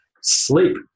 sleep